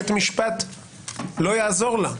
בית משפט לא יעזור לה,